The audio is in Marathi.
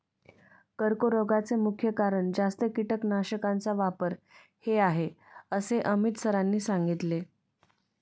कर्करोगाचे मुख्य कारण जास्त कीटकनाशकांचा वापर हे आहे असे अमित सरांनी सांगितले